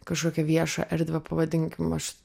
kažkokią viešą erdvę pavadinkim aš